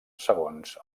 segons